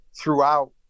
throughout